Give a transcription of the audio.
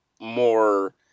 more